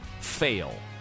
fail